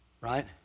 right